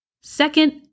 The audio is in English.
Second